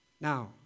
Now